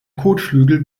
kotflügel